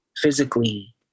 physically